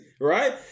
right